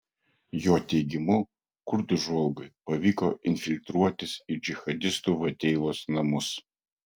jo teigimu kurdų žvalgui pavyko infiltruotis į džihadistų vadeivos namus